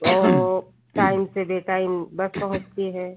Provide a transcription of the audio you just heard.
वो टाइम से बे टाइम बस पहुँचती है